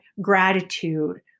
gratitude